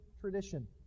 tradition